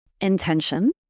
intention